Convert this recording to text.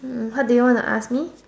hmm how do you want to ask me